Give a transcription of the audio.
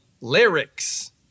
lyrics